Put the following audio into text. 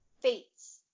Fates